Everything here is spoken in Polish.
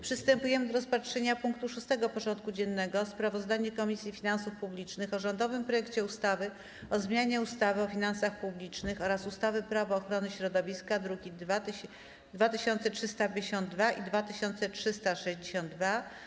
Przystępujemy do rozpatrzenia punktu 6. porządku dziennego: Sprawozdanie Komisji Finansów Publicznych o rządowym projekcie ustawy o zmianie ustawy o finansach publicznych oraz ustawy - Prawo ochrony środowiska (druki nr 2352 i 2362)